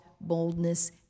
boldness